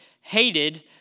hated